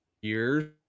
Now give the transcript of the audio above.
years